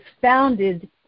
founded